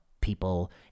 people